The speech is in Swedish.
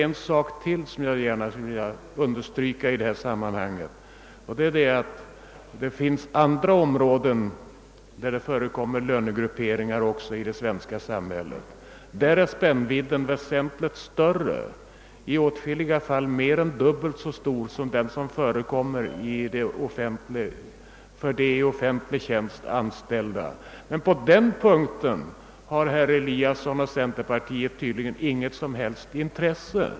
Jag vill understryka ännu en sak i detta sammanhang, nämligen att det finns andra områden med lönegrupperingar i det svenska samhället. Där är spännvidden väsentligt större — i åtskilliga fall dubbelt större än för de i offentlig tjänst anställda. Men den saken bar herr Eliasson och centerpartiet tydligen inget som helst intresse för.